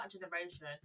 generation